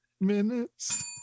minutes